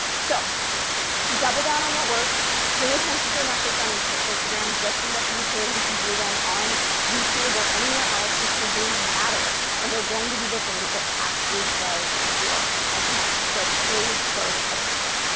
so double down on what works. pay attention to your metrics on and so instagram, just as much as you pay attention to them on youtube or anywhere else, because they matter. and they're going to be the things that actually grow your account. so pay close attention.